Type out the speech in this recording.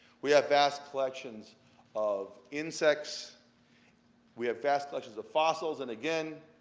we have vast collections of insects we have vast collections of fossils, and, again,